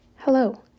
Hello